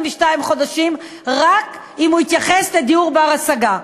חודשים רק אם הוא יתייחס לדיור בר-השגה.